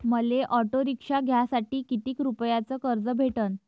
मले auto rickshaw घ्यासाठी कितीक रुपयाच कर्ज भेटनं?